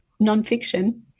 nonfiction